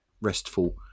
restful